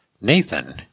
Nathan